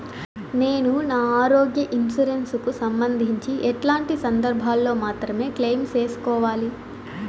నేను నా ఆరోగ్య ఇన్సూరెన్సు కు సంబంధించి ఎట్లాంటి సందర్భాల్లో మాత్రమే క్లెయిమ్ సేసుకోవాలి?